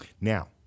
Now